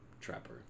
Trapper